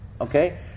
Okay